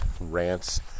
rants